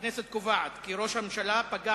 הכנסת קובעת כי ראש הממשלה פגע